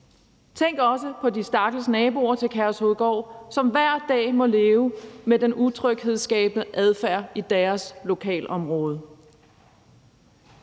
Tænk også på de stakkels naboer til Kærshovedgård, som hver dag må leve med den utryghedsskabende adfærd i deres lokalområde.